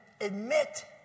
admit